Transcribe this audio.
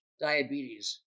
diabetes